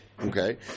Okay